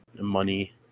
money